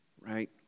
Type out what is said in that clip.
right